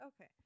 Okay